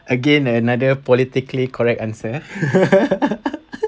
again another politically correct answer